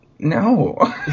No